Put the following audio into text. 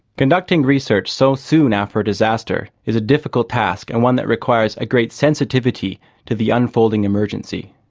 conducting research so soon after a disaster is a difficult task and one that requires a great sensitivity to the unfolding emergency.